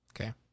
Okay